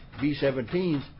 B-17s